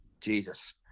Jesus